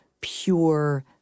pure